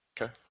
Okay